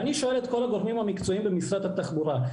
ואני שואל את כל הגורמים המקצועיים במשרד התחבורה: